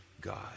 God